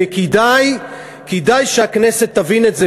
וכדאי שהכנסת תבין את זה,